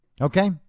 okay